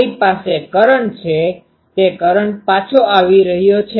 મારી પાસે કરંટ છેતે કરંટ પાછો આવી રહ્યો છે